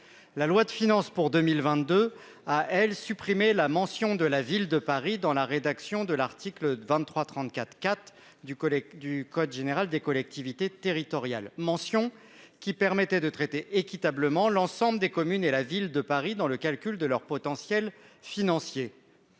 la loi de finances pour 2022 ah elle supprimer la mention de la ville de Paris dans la rédaction de l'article 23 34 4 du collègue du code général des collectivités territoriales, mention qui permettaient de traiter équitablement l'ensemble des communes et la ville de Paris, dans le calcul de leur potentiel financier